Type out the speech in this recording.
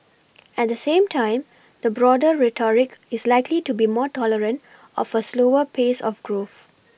at the same time the broader rhetoric is likely to be more tolerant of a slower pace of growth